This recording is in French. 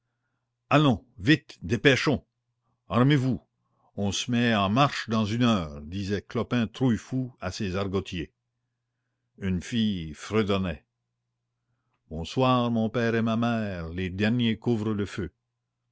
allons vite dépêchons armez-vous on se met en marche dans une heure disait clopin trouillefou à ses argotiers une fille fredonnait bonsoir mon père et ma mère les derniers couvrent le feu